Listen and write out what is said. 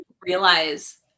realize